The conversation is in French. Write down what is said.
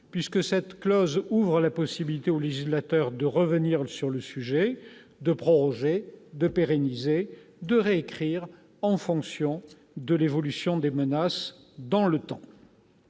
puisque cette clause ouvre la possibilité au législateur de revenir sur le sujet, de proroger, de pérenniser et de réécrire les dispositions en vigueur en fonction de l'évolution des menaces dans le temps.